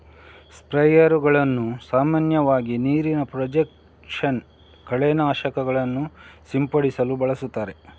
ಸ್ಪ್ರೇಯರುಗಳನ್ನು ಸಾಮಾನ್ಯವಾಗಿ ನೀರಿನ ಪ್ರೊಜೆಕ್ಷನ್ ಕಳೆ ನಾಶಕಗಳನ್ನು ಸಿಂಪಡಿಸಲು ಬಳಸುತ್ತಾರೆ